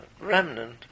remnant